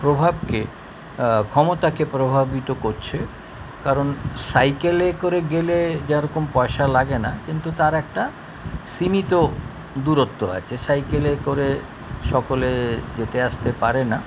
প্রভাবকে ক্ষমতাকে প্রভাবিত করছে কারণ সাইকেলে করে গেলে যেরকম পয়সা লাগে না কিন্তু তার একটা সীমিত দূরত্ব আছে সাইকেলে করে সকলে যেতে আসতে পারে না